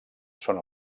són